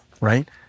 right